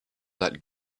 that